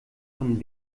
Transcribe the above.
von